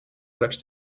oleks